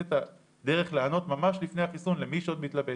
את הדרך לענות ממש לפני החיסון למי שעוד מתלבט,